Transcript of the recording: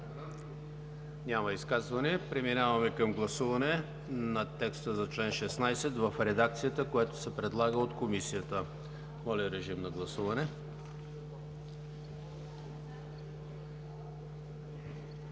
Няма изказвания. Преминаваме към гласуване на текста за чл. 16 в редакцията, която се предлага от Комисията. Гласували